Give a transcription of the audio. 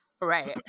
right